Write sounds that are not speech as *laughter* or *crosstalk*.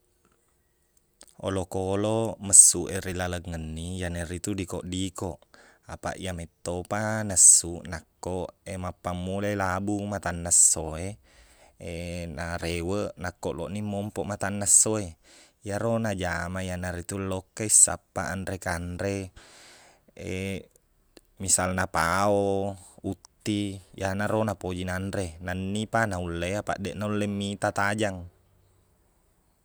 Olokkoloq messuq e ri laleng enni iyana ritu dikoq-dikoq apaq iye mettopa naessuq nakko e mappammula labu matanna esso e *hesitation* na reqweq nakko loqni mompeq matanna esso e iyero najama iyana ritu lokka i sappaq anre-kanre *hesitation* misalna pao utti iyana ro napuji nanre nennipa naulle apaq deq nullle mita tajang